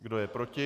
Kdo je proti?